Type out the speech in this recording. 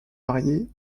mariée